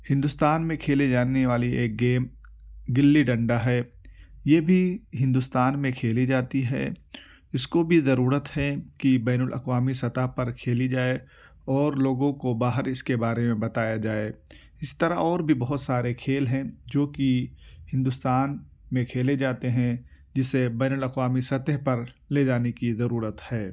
ہندوستان میں کھیلے جانے والے ایک گیم گلی ڈنڈا ہے یہ بھی ہندوستان میں کھیلی جاتی ہے اس کو بھی ضرورت ہے کہ بین الاقوامی سطح پر کھیلی جائے اور لوگوں کو باہر اس کے بارے میں بتایا جائے اس طرح اور بھی بہت سارے کھیل ہیں جو کہ ہندوستان میں کھیلے جاتے ہیں جسے بین الاقوامی سطح پر لے جانے کی ضرورت ہے